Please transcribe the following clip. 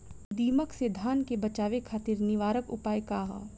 दिमक से धान के बचावे खातिर निवारक उपाय का ह?